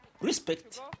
respect